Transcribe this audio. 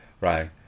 right